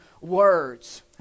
words